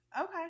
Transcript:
Okay